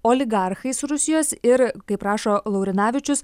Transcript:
oligarchais rusijos ir kaip rašo laurinavičius